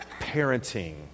parenting